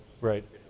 Right